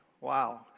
wow